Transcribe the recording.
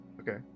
Okay